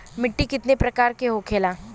मिट्टी कितने प्रकार के होखेला?